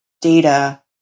data